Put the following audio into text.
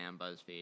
BuzzFeed